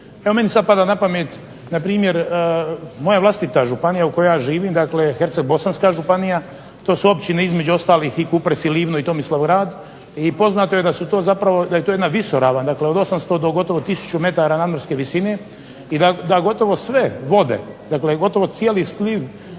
Evo meni sad pada na pamet na primjer moja vlastita županija u kojoj ja živim, dakle Herceg-bosanska županija, to su općine između ostalih i Kupres i Livno i Tomislavgrad. I poznato je da je to jedna visoravan, dakle od 800 do gotovo 1000 m nadmorske visine i da gotovo sve vode, dakle gotovo cijeli sliv